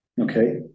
Okay